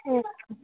okay